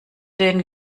den